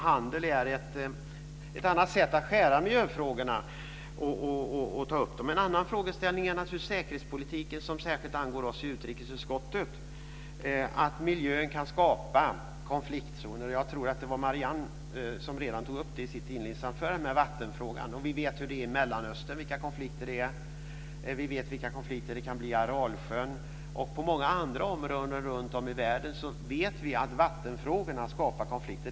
Handel är ett annat sätt att skära miljöfrågorna och ta upp dem. En annan frågeställning är naturligtvis säkerhetspolitiken, som särskilt angår oss i utrikesutskottet. Miljön kan skapa konfliktzoner. Jag tror att Marianne Andersson redan tog upp det i sitt inledningsanförande när det gällde vattenfrågan. Vi vet hur det är i Mellanöstern och vilka konflikter det är. Vi vet vilka konflikter det kan bli runt Aralsjön. På många andra områden runtom i världen vet vi att vattenfrågorna skapar konflikter.